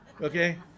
okay